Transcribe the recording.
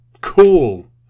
cool